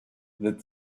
that